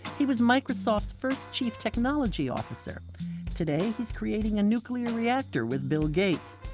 he was microsoft's first chief technology officer today he is creating a nuclear reactor with bill gates.